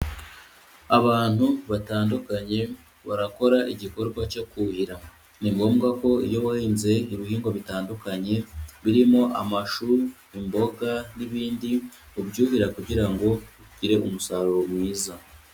Abantu batandukanye barakora igikorwa cyo kuhira, ni ngombwa ko iyo wahinze ibihingwa bitandukanye birimo amashu, imboga n'ibindi ubyuhira kugira ngo ugire umusaruro mwiza.